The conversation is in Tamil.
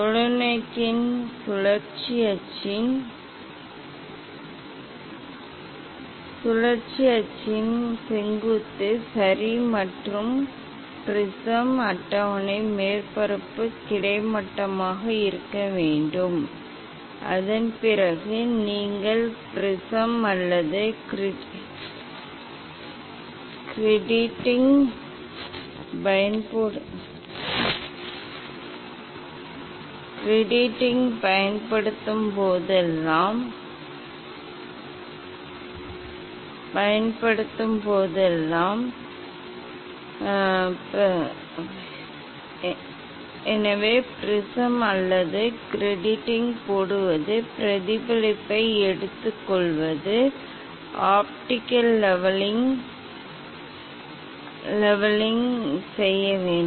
தொலைநோக்கியின் சுழற்சி அச்சின் சுழற்சியின் அச்சு செங்குத்து சரி மற்றும் ப்ரிஸம் அட்டவணை மேற்பரப்பு கிடைமட்டமாக இருக்க வேண்டும் அதன்பிறகு நீங்கள் ப்ரிஸம் அல்லது கிரேட்டிங் பயன்படுத்தும் போதெல்லாம் எனவே ப்ரிஸம் அல்லது கிராட்டிங் போடுவது பிரதிபலிப்பை எடுத்துக்கொள்வது ஆப்டிகல் லெவலிங் செய்ய வேண்டும்